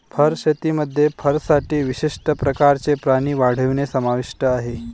fur शेतीमध्ये फरसाठी विशिष्ट प्रकारचे प्राणी वाढवणे समाविष्ट आहे